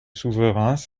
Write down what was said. souverains